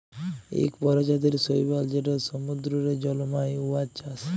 ইক পরজাতির শৈবাল যেট সমুদ্দুরে জল্মায়, উয়ার চাষ